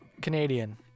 Canadian